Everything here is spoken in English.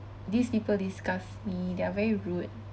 these people disgust me they're very rude